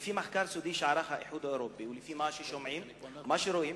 לפי מחקר סודי שערך האיחוד האירופי ולפי מה ששומעים ורואים,